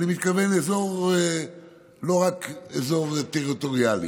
ואני מתכוון לא רק לאזור טריטוריאלי.